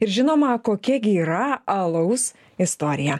ir žinoma kokia gi yra alaus istorija